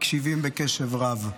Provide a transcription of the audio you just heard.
מקשיבים בקשב רב.